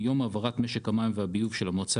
מיום העברת משק המים והביוב של המועצה